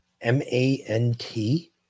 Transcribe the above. M-A-N-T